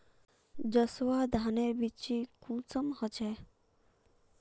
जसवा धानेर बिच्ची कुंसम होचए?